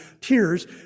tears